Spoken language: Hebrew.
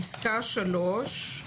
פסקה (3),